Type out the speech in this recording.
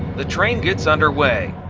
the train gets underway,